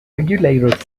regulator